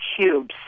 cubes